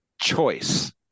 Choice